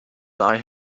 die